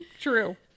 True